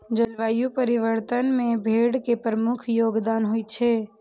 जलवायु परिवर्तन मे भेड़ के प्रमुख योगदान होइ छै